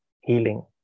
healing